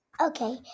Okay